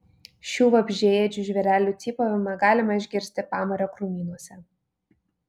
šių vabzdžiaėdžių žvėrelių cypavimą galima išgirsti pamario krūmynuose